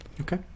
Okay